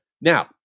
Now